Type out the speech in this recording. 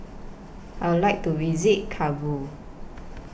I Would like to visit Kabul